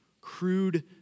crude